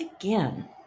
again